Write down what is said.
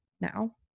now